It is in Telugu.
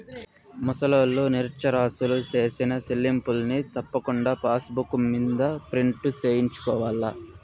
ముసలోల్లు, నిరచ్చరాసులు సేసిన సెల్లింపుల్ని తప్పకుండా పాసుబుక్ మింద ప్రింటు సేయించుకోవాల్ల